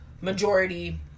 majority